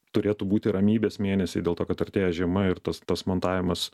turėtų būti ramybės mėnesiai dėl to kad artėja žiema ir tas tas montavimas